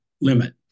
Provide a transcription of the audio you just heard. limit